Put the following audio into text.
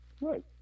Right